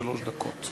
שלוש דקות.